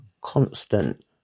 constant